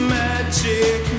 magic